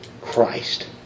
Christ